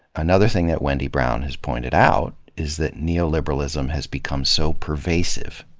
another thing that wendy brown has pointed out is that neoliberalism has become so pervasive.